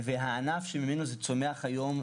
והענף הזה מוסדר היום